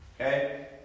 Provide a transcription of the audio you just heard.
Okay